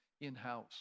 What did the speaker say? in-house